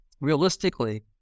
realistically